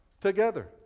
together